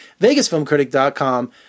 VegasFilmCritic.com